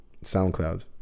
SoundCloud